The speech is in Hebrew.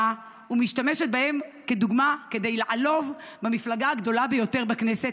באה ומשתמשת בהם כדוגמה כדי לעלוב במפלגה הגדולה ביותר בכנסת,